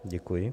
Děkuji.